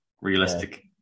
realistic